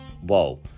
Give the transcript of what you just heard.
whoa